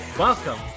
Welcome